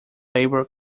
labour